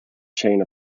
chain